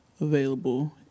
available